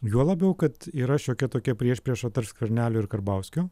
juo labiau kad yra šiokia tokia priešprieša tarp skvernelio ir karbauskio